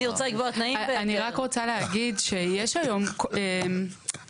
אני רק רוצה להגיד שיש היום כל